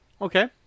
Okay